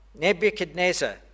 Nebuchadnezzar